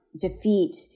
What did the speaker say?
defeat